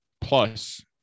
plus